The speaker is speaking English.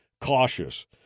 cautious